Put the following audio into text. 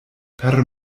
per